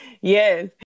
yes